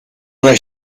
una